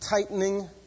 tightening